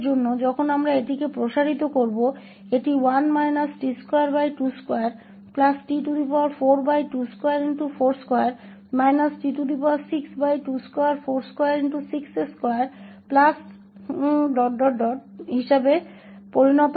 और क्रम 0 के लिए जब हम इसका विस्तार करते हैं तो यह 1 t222t42242 t6224262 और इसी तरह हो जाएगा